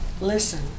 Listen